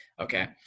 Okay